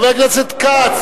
חבר הכנסת כץ,